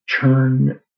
turn